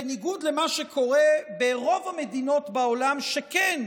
בניגוד למה שקורה ברוב המדינות בעולם שכן